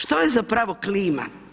Što je zapravo klima?